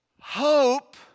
Hope